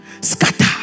Scatter